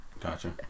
Gotcha